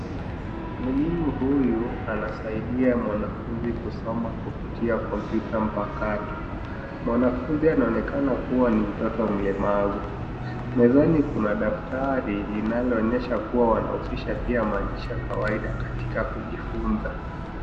Mwalimu huyu anasaidia mwanafunzi kusoma kupitia kompyuta mpakato. Mwanafunzi anaonekana kuwa ni mtoto mlemavu. Mezani kuna daftari linaloonyesha kuwa wanahusisha maandishi ya kawaida katika kujifunza.